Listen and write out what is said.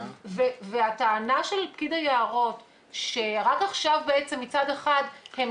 הטענה של פקיד היערות שרק עכשיו מצד אחד הם